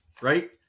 right